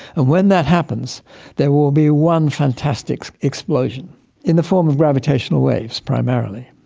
and when that happens there will be one fantastic explosion in the form of gravitational waves primarily.